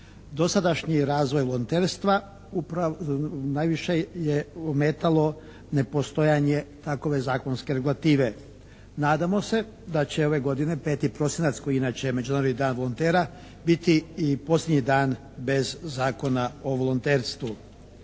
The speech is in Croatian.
Dosadašnji razvoj volonterstva najviše je ometalo nepostojanje takove zakonske regulative. Nadamo se da će ove godine 5. prosinac koji je inače Međunarodni dan volontera biti i posljednji dan bez Zakona o volonterstvu.